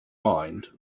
mind